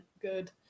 good